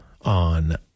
on